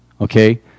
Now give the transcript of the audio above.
okay